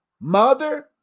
mother